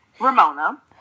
Ramona